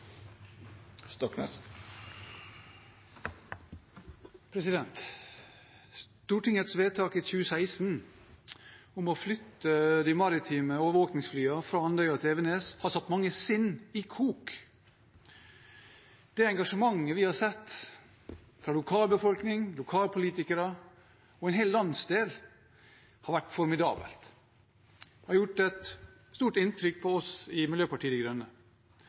Stortingets vedtak i 2016 om å flytte de maritime overvåkningsflyene fra Andøya til Evenes har satt mange sinn i kok. Det engasjementet vi har sett fra lokalbefolkning, lokalpolitikere og en hel landsdel, har vært formidabelt. Det har gjort et stort inntrykk på oss i Miljøpartiet De Grønne.